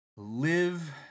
live